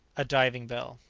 a diving-bell.